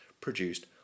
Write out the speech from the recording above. produced